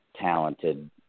Talented